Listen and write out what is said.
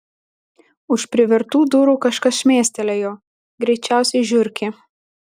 už privertų durų kažkas šmėstelėjo greičiausiai žiurkė